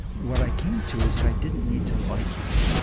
what i came to is that i didn't need to like him.